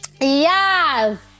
Yes